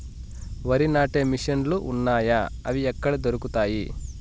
వరి నాటే మిషన్ ను లు వున్నాయా? అవి ఎక్కడ దొరుకుతాయి?